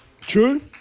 True